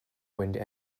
wind